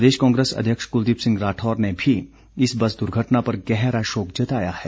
प्रदेश कांग्रेस अध्यक्ष कुलदीप सिंह राठौर ने भी इस बस दुर्घटना पर गहरा शोक जताया है